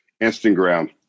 Instagram